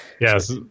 Yes